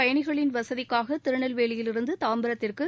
பயனிகளின் வசதிக்காகதிருநெல்வேலியில் இருந்துதாம்பரத்திற்கு